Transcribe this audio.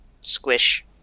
Squish